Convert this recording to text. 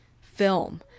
film